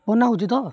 ବନାହେଉଛି ତ